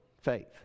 Faith